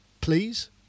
Please